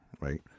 right